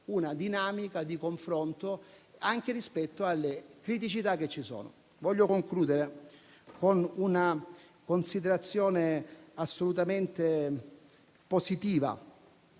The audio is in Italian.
una dinamica di confronto anche rispetto alle criticità esistenti. Vorrei concludere con una considerazione assolutamente positiva.